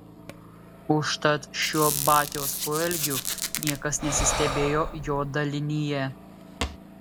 užtat šiuo batios poelgiu niekas nesistebėjo jo dalinyje